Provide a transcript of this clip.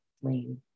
flame